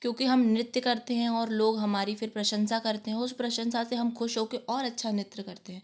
क्योंकि हम नृत्य करते हैं और लोग हमारी फिर प्रशंसा करते हैं उस प्रशंसा से हम खुश हो के और अच्छा नृत्य करते हैं